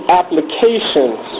applications